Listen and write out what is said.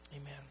Amen